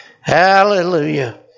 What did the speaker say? Hallelujah